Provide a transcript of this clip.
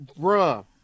bruh